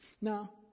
Now